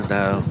now